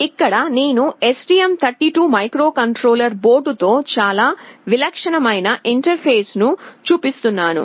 ఇక్కడ నేను STM32 microcontroller బోర్డ్తో చాలా విలక్షణమైన ఇంటర్ఫేస్ను చూపిస్తున్నాను